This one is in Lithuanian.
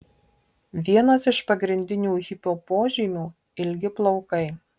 vienas iš pagrindinių hipio požymių ilgi plaukai